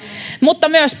mutta myös